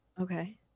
Okay